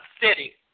City